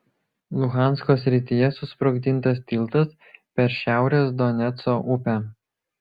luhansko srityje susprogdintas tiltas per šiaurės doneco upę